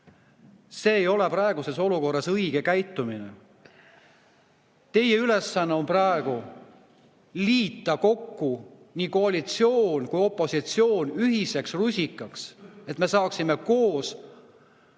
See ei ole praeguses olukorras õige käitumine. Teie ülesanne on praegu liita kokku koalitsioon ja opositsioon ühiseks rusikaks, et me saaksime koos